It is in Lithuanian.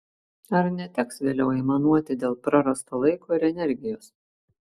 ar neteks vėliau aimanuoti dėl prarasto laiko ir energijos